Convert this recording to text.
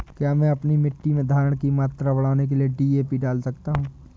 क्या मैं अपनी मिट्टी में धारण की मात्रा बढ़ाने के लिए डी.ए.पी डाल सकता हूँ?